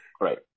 right